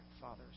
fathers